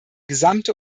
gesamte